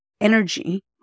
energy